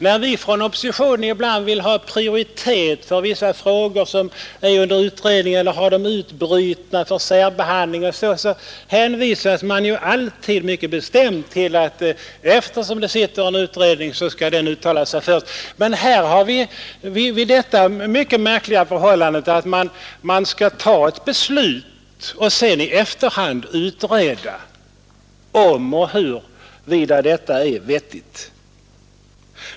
När vi från oppositionen ibland vill ha prioritet för vissa frågor eller ha dem utbrutna för särbehandling, hänvisas det alltid mycket bestämt till att eftersom det sitter en utredning, så skall den uttala sig först. Men här har vi det mycket märkliga förhållandet att man skall ta ett beslut och sedan i efterhand utreda huruvida detta är vettigt.